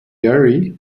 gary